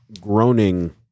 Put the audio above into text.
groaning